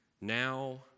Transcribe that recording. Now